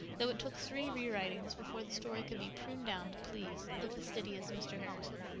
though it took three re-writings before the story could be pruned down to please the fastidious mr. harrison.